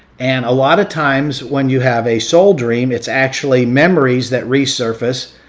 and a lot of times when you have a soul dream it's actually memories that resurface,